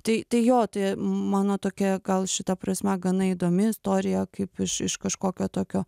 tai tai jo tai mano tokia gal šita prasme gana įdomi istorija kaip iš iš kažkokio tokio